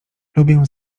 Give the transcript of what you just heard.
lubię